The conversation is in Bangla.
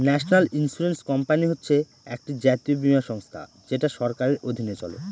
ন্যাশনাল ইন্সুরেন্স কোম্পানি হচ্ছে একটি জাতীয় বীমা সংস্থা যেটা সরকারের অধীনে চলে